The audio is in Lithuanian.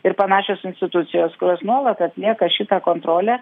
ir panašios institucijos kurios nuolat atlieka šitą kontrolę